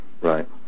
right